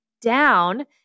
down